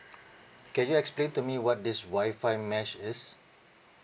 can you explain to me what this WI-FI mesh is